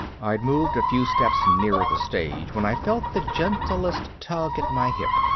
i'd moved a few steps nearer the stage when i felt the gentlest tug at my hip.